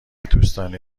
دوستانه